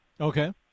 Okay